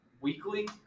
weekly